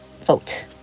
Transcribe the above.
vote